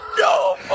No